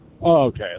Okay